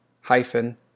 hyphen